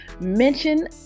mention